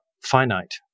finite